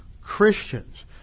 Christians